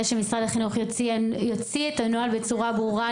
שמשרד החינוך יוציא את הנוהל בצורה ברורה,